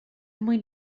mwyn